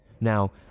Now